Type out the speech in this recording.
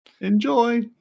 Enjoy